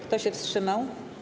Kto się wstrzymał?